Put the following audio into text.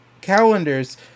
calendars